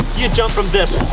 you jump from this,